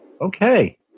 Okay